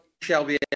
shelby